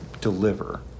deliver